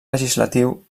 legislatiu